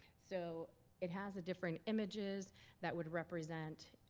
so it has the different images that would represent,